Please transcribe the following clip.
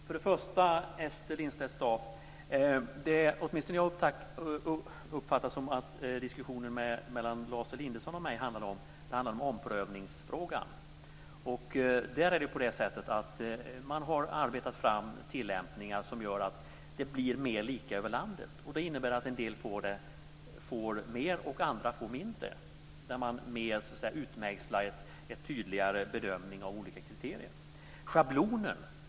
Fru talman! Ester Lindstedt-Staaf! Jag börjar med att ta upp det som åtminstone jag uppfattade det som att diskussionen mellan mig och Lars Elinderson handlade om, nämligen omprövningsfrågan. Man har arbetat fram tillämpningar som gör att det hela blir mer lika över landet. Det innebär att en del får mer, och andra mindre. Man utmejslar en tydligare bedömning av olika kriterier.